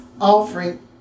offering